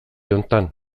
honetan